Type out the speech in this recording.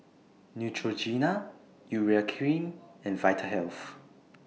Neutrogena Urea Cream and Vitahealth